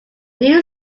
new